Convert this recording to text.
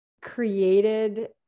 created